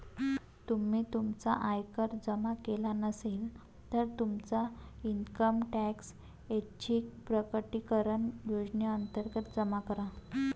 तुम्ही तुमचा आयकर जमा केला नसेल, तर तुमचा इन्कम टॅक्स ऐच्छिक प्रकटीकरण योजनेअंतर्गत जमा करा